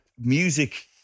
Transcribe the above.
music